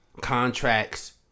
contracts